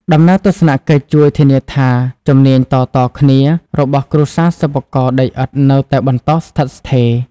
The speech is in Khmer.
ដំណើរទស្សនកិច្ចជួយធានាថា ជំនាញតៗគ្នា របស់គ្រួសារសិប្បករដីឥដ្ឋនៅតែបន្តស្ថិតស្ថេរ។